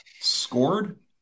scored